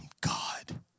God